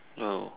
!wow!